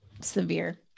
severe